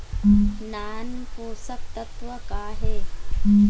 नान पोषकतत्व का हे?